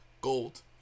gold